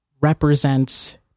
represents